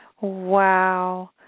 Wow